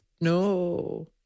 No